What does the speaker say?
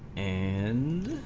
and